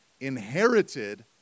inherited